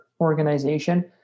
organization